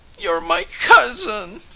you're my cousin,